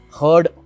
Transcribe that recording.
heard